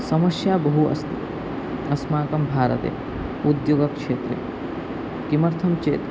समस्या बहु अस्ति अस्माकं भारते उद्योगक्षेत्रे किमर्थं चेत्